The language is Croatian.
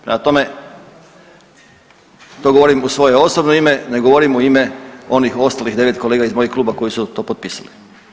Prema tome, to govorim u svoje osobno ime ne govorim u ime onih ostalih 9 kolega iz mojeg kluba koji su to potpisali.